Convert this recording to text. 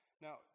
Now